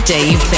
Dave